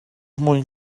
mwyn